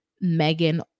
megan